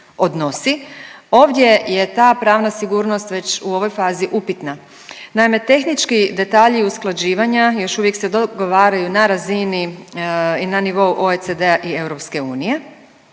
odnosi. Ovdje je ta pravna sigurnost već u ovoj fazi upitna. Naime, tehnički detalji usklađivanja još uvijek se dogovaraju na razini i na nivou OECD-a i EU,